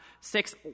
six